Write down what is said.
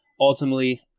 ultimately